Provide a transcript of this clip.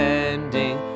ending